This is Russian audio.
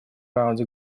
раунде